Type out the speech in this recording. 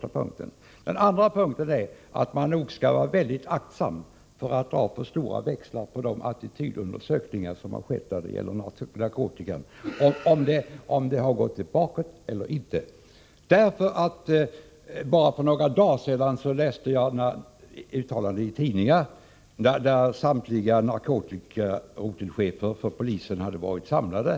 Man skall nog vara mycket aktsam när det gäller att dra stora växlar på de attitydundersökningar som har gjorts om narkotikan, om tillgången har minskat eller inte. Bara för några dagar sedan läste jag i tidningen att polisens samtliga narkotikarotelchefer hade varit samlade.